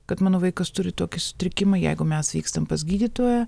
kad mano vaikas turi tokį sutrikimą jeigu mes vykstam pas gydytoją